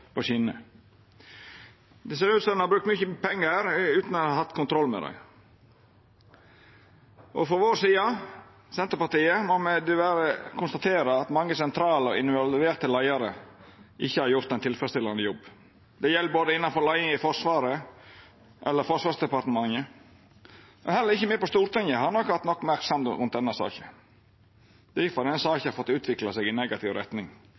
på skjener. Det ser ut som ein har brukt mykje pengar utan å ha hatt kontroll med dei. Frå Senterpartiet si side må me diverre konstatera at mange sentrale og involverte leiarar ikkje har gjort ein tilfredsstillande jobb. Det gjeld innanfor leiinga i både Forsvaret og Forsvarsdepartementet, men heller ikkje me på Stortinget har nok hatt nok merksemd rundt denne saka. Difor har denne saka fått utvikla seg i negativ retning